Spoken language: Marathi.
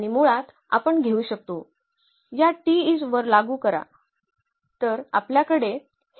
या i's वर लागू करा